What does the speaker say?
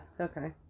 Okay